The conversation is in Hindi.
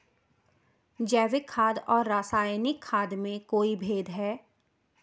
जैविक खाद और रासायनिक खाद में कोई भेद है?